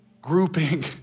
grouping